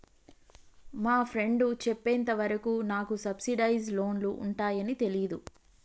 మా ఫ్రెండు చెప్పేంత వరకు నాకు సబ్సిడైజ్డ్ లోన్లు ఉంటయ్యని తెలీదు